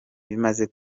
bimaze